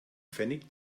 pfennig